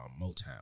Motown